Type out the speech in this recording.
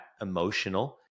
emotional